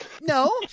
no